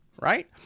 right